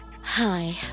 Hi